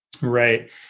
Right